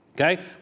Okay